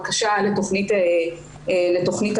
בקשה לתכנית עבודה,